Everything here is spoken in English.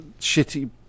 shitty